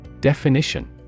Definition